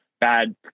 bad